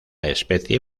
especie